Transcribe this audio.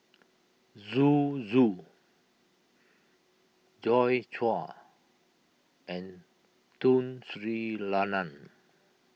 Zhu Zhu Joi Chua and Tun Sri Lanang